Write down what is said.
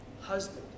husband